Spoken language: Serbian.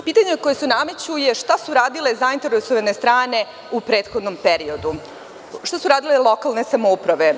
Pitanje koje se nameće je šta su radile zainteresovane strane u prethodnom periodu, šta su radile lokalne samouprave?